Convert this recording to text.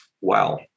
Wow